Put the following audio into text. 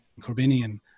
Corbinian